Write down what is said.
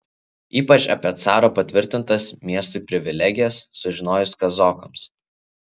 ypač apie caro patvirtintas miestui privilegijas sužinojus kazokams